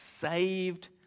saved